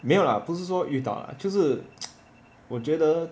没有啦不是说遇到啦就是我觉得